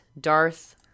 darth